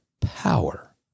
power